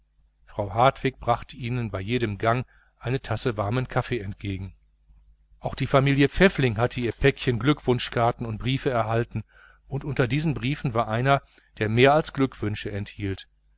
frau hartwig brachte ihnen bei jedem gang eine tasse warmen kaffees entgegen auch die familie pfäffling hatte ihr päckchen glückwunschkarten und briefe erhalten und unter diesen briefen war einer der noch mehr als glückwünsche enthielt